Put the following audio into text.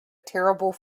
terrible